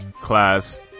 class